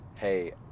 Hey